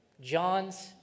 John's